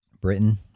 Britain